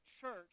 church